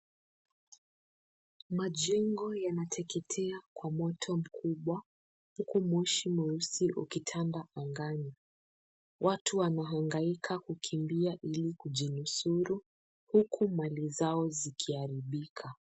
Majengo yanateketea kwa moto mkubwa huku moshi mweusi ukitanda angani. Watu wanahangaika kukimbia ili kujinusuru huku mali zao zikiharibika.